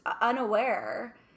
unaware